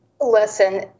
Listen